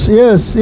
yes